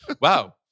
Wow